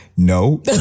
No